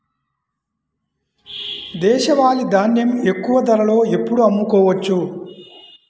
దేశవాలి ధాన్యం ఎక్కువ ధరలో ఎప్పుడు అమ్ముకోవచ్చు?